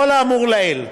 קוראים לזה פשעי מלחמה.